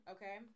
Okay